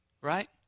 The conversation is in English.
Right